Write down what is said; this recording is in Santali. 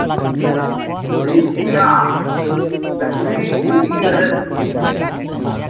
ᱰᱷᱤᱝᱠᱤ ᱢᱮᱱᱟᱜᱼᱟ ᱱᱩᱠᱤᱱ ᱰᱷᱤᱝᱠᱤ ᱠᱤᱱ ᱞᱮᱵᱮᱫ ᱮᱫᱟ